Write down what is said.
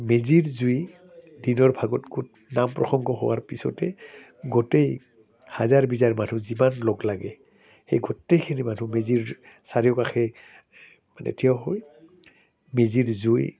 মেজিৰ জুই দিনৰ ভাগতকৈ নাম প্ৰসংগ হোৱাৰ পিছতে গোটেই হাজাৰ বিজাৰ মানুহ যিমান লগ লাগে সেই গোটেইখিনি মানুহ মেজিৰ চাৰিওকাষে মানে থিয় হৈ মেজিৰ জুই